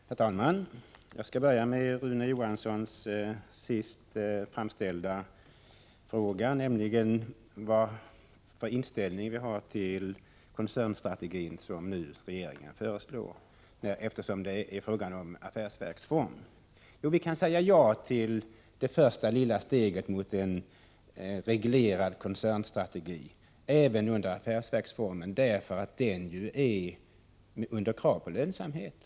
Herr talman! Jag skall börja med att ta upp Rune Johanssons senast framställda fråga, nämligen vilken inställning vi har till koncernstrategin, som regeringen nu föreslår. Regeringens förslag innebär ju att affärsverksformen skall finnas kvar. Vi kan säga ja till det första lilla steget mot en reglerad koncernstrategi även inom affärsverkets form därför att det också där ställs krav på lönsamhet.